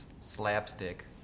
slapstick